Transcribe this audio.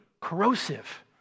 corrosive